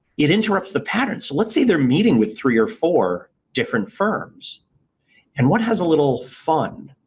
it interrupts the patterns. let's say they're meeting with three or four different firms and what has a little fun,